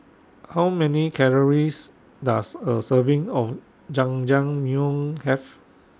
How Many Calories Does A Serving of Jajangmyeon Have